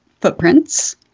footprints